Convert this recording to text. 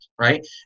right